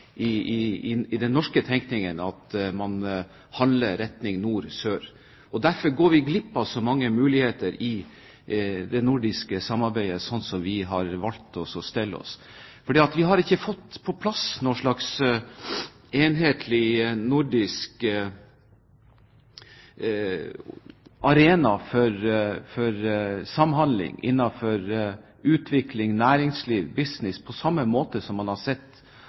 den norske – tenkningen at man handler i retning nord–sør. Vi går glipp av så mange muligheter i det nordiske samarbeidet, slik som vi har valgt å stille oss. Vi har ikke fått på plass noen slags enhetlig nordisk arena for samhandling innenfor utvikling, næringsliv og business på samme måte som man har sett